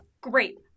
great